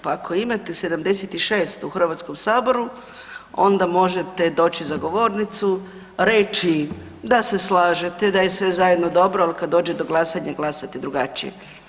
Pa ako imate 76 u Hrvatskom saboru onda možete doći za govornicu, reći da se slažete da je sve zajedno dobro, ali kada dođe do glasanja glasate drugačije.